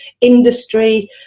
industry